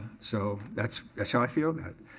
so, that's how i feel about it.